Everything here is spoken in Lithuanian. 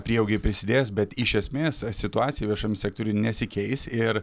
prieaugiai prisidės bet iš esmės situacija viešam sektoriui nesikeis ir